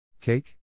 Cake